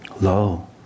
Lo